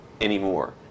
anymore